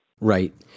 Right